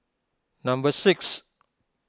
number six